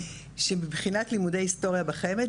שמבחינת לימודי היסטוריה בחמ"ד,